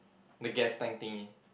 the gas tank thingy